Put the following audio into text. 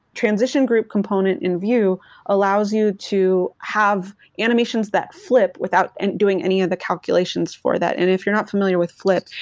transition group component in vue allows you to have animations that flip without and doing any of the calculations for that and if you're not familiar with flip,